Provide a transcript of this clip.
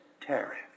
tariff